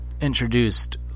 introduced